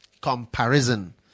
Comparison